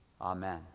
Amen